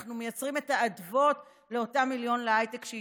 שאנחנו מייצרים את האדוות לאותם מיליון להייטק שיתמכו.